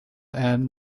and